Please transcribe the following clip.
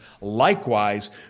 likewise